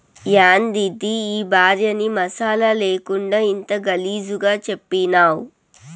యాందిది ఈ భార్యని మసాలా లేకుండా ఇంత గలీజుగా చేసినావ్